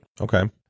Okay